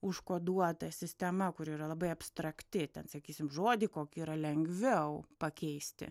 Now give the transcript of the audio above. užkoduota sistema kuri yra labai abstrakti ten sakysim žodį kokį yra lengviau pakeisti